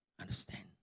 Understand